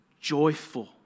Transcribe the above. joyful